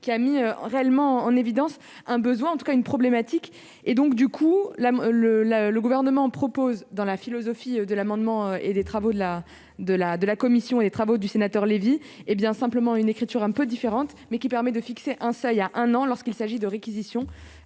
qui a mis réellement en évidence un besoin en tout cas une problématique et donc du coup la le la : le gouvernement propose dans la philosophie de l'amendement et des travaux de la de la de la commission et les travaux du sénateur Lévy hé bien simplement une écriture un peu différente, mais qui permet de fixer un seuil, y a un an lorsqu'il s'agit de réquisition